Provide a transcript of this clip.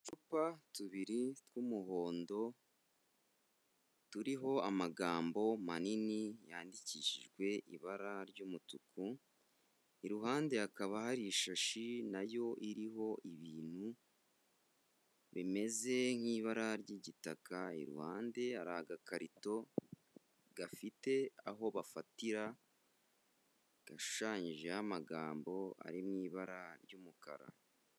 Uducupa tubiri tw'umuhondo, turiho amagambo manini, yandikishijwe ibara ry'umutuku, iruhande hakaba hari ishashi nayo iriho ibintu bimeze nk'ibara ry'igitaka, iruhande hari agakarito gafite aho bafatira, gashushanyijeho amagambo ari mu ibara ry'umukara.